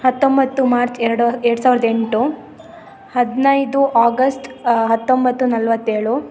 ಹತ್ತೊಂಬತ್ತು ಮಾರ್ಚ್ ಎರಡು ಎರಡು ಸಾವಿರದ ಎಂಟು ಹದಿನೈದು ಆಗಸ್ಟ್ ಹತ್ತೊಂಬತ್ತು ನಲ್ವತ್ತೇಳು